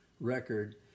record